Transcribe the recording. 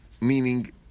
meaning